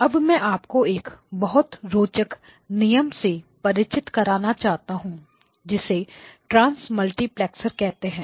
अब मैं आपको एक बहुत रोचक नियम से परिचित करवाना चाहता हूं जिसे ट्रांसमल्टीप्लैक्सर कहते हैं